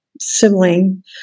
sibling